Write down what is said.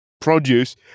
produce